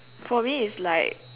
for me it's like